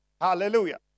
Hallelujah